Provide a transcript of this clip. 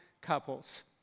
couples